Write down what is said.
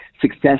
success